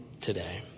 today